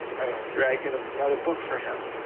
i dragged and another book for him.